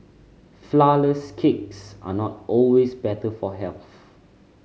flourless cakes are not always better for health